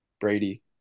Brady